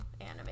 anime